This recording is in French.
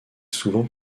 souvent